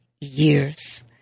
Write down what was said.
years